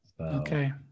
Okay